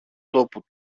τόπου